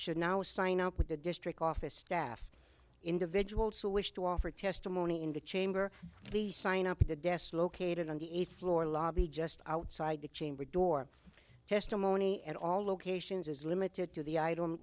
should now sign up with the district office staff individuals who wish to offer testimony in the chamber the sign up at the desk located on the eighth floor lobby just outside the chamber door testimony at all locations is limited to the item